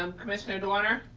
um commissioner doener?